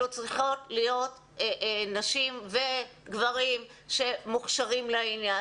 אלו צריכים להיות נשים וגברים שמוכשרים לעניין.